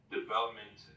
development